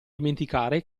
dimenticare